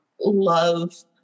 love